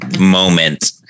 moment